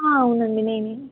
అవునండి నేనే